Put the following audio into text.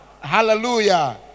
Hallelujah